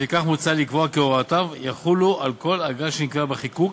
לפיכך מוצע לקבוע כי הוראותיו יחולו על כל אגרה שנקבעה בחיקוק,